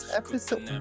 episode